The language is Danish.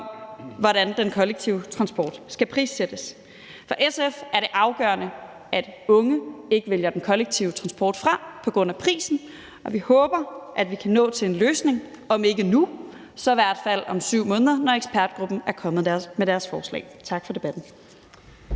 mener at den kollektive transport skal prissættes. For SF er det afgørende, at unge ikke vælger den kollektive transport fra på grund af prisen, og vi håber, at vi kan nå til en løsning om ikke nu, så i hvert fald om 7 måneder, når ekspertgruppen er kommet med deres forslag. Tak for debatten.